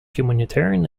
humanitarian